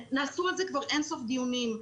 נעשו על זה כבר אין-סוף דיונים.